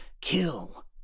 Kill